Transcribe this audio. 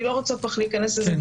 אני לא רוצה כל כך להיכנס לזה,